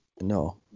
No